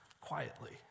quietly